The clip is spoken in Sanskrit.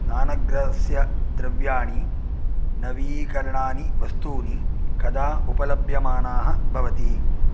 स्नानगृहस्य द्रव्याणि नवीकरणानि वस्तूनि कदा उपलभ्यमानाः भवति